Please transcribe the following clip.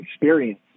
experience